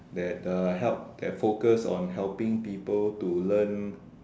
that uh help that focus on helping people to learn